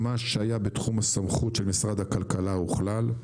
מה שהיה בתחום הסמכות של משרד הכלכלה, הוכלל.